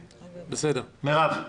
מרב.